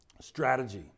Strategy